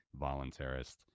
voluntarist